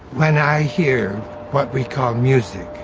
when i hear what we call music,